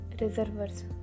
reservoirs